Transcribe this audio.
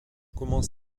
commence